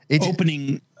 opening